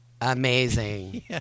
Amazing